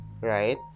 right